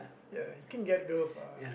ya he can get girls lah